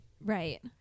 Right